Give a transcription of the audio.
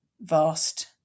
vast